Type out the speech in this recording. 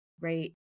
Right